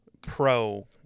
Pro